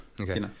Okay